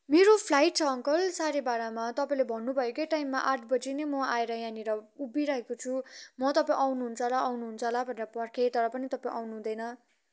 मेरो फ्लाइट छ अङ्कल साँढे बाह्रमा तपाईँले भन्नुभएकै टाइममा आठ बजी नै म आएर यहाँनिर उभिरहेको छु म तपाईँ आउनुहुन्छ होला आउनुहुन्छ होला भनेर पर्खेँ तर पनि तपाईँ आउनु हुँदैन